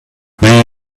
may